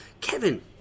Kevin